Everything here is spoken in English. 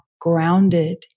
grounded